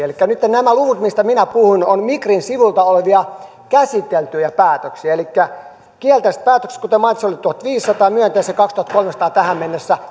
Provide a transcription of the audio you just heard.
elikkä nytten nämä luvut joista minä puhun ovat migrin sivuilla olevia käsiteltyjä päätöksiä elikkä kielteisiä päätöksiä kuten mainitsin oli tuhatviisisataa ja myönteisiä kahdentuhannenkolmensadan tähän mennessä